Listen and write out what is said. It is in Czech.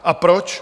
A proč?